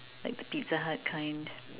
like the pizza hut kind